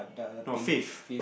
no fifth